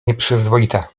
nieprzyzwoita